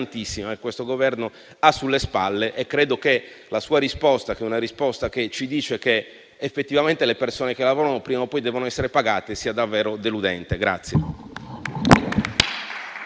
pesantissima che questo Governo ha sulle spalle e credo che la sua risposta - che ci dice che effettivamente le persone che lavorano prima o poi devono essere pagate - sia davvero deludente.